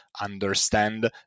understand